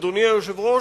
אדוני היושב-ראש,